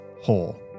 whole